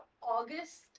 august